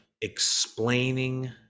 explaining